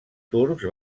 turcs